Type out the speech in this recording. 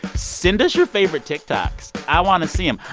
send us your favorite tiktoks. i want to see them.